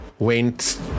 went